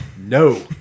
no